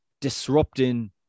disrupting